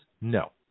No